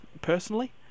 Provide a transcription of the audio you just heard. personally